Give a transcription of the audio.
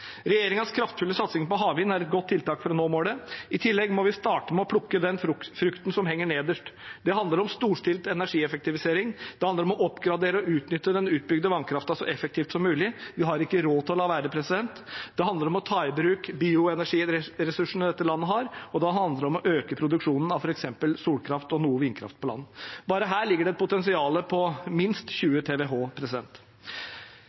kraftfulle satsing på havvind er et godt tiltak for å nå målet. I tillegg må vi starte med å plukke den frukten som henger nederst. Det handler om storstilt energieffektivisering. Det handler om å oppgradere og utnytte den utbygde vannkraften så effektivt som mulig. Vi har ikke råd til å la være. Det handler om å ta i bruk bioenergiressursene dette landet har, og det handler om å øke produksjonen av f.eks. solkraft og noe vindkraft på land. Bare her ligger det et potensial på minst